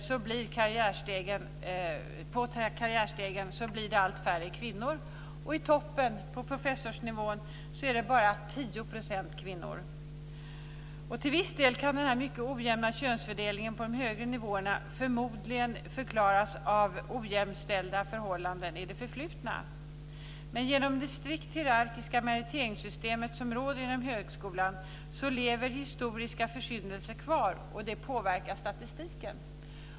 Men på varje steg av karriärstegen blir det allt färre kvinnor, och i toppen, på professorsnivån, är det bara 10 % kvinnor. Till viss del kan den här mycket ojämna könsfördelningen på de högre nivåerna förmodligen förklaras av ojämställda förhållanden i det förflutna. Genom det strikt hierarkiska meriteringssystem som råder inom högskolan lever historiska försyndelser kvar och påverkar statistiken.